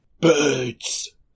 Birds